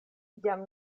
jam